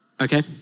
Okay